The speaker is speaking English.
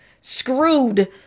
Screwed